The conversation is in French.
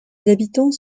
habitants